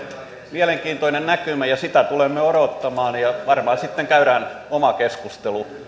mielenkiintoinen näkymä ja sitä tulemme odottamaan ja varmaan sitten käydään oma keskustelu